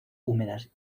húmedas